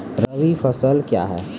रबी फसल क्या हैं?